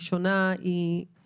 אתם